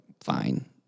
fine